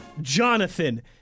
Jonathan